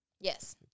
Yes